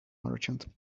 merchant